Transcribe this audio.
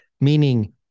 Meaning